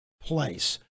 place